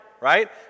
right